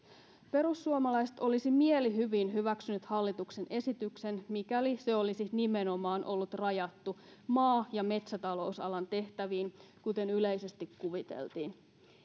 perussuomalaiset olisivat mielihyvin hyväksyneet hallituksen esityksen mikäli se olisi ollut rajattu nimenomaan maa ja metsätalousalan tehtäviin kuten yleisesti kuviteltiin